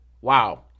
Wow